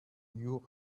you